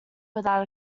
without